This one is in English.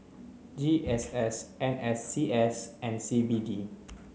G S S N S C S and C B D